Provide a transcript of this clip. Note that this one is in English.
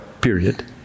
period